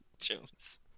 Jones